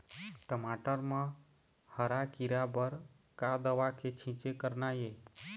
टमाटर म हरा किरा बर का दवा के छींचे करना ये?